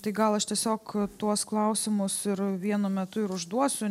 tai gal aš tiesiog tuos klausimus ir vienu metu ir užduosiu